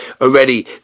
already